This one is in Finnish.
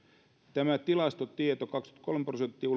tämä tilastotieto siitä että kaksikymmentäkolme prosenttia